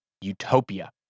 utopia